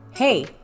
Hey